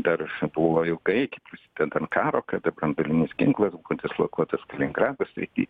dar buvo jau iki prasidedant karo kada branduolinis ginklas buvo dislokuotas kaliningrado srity